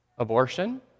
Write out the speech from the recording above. Abortion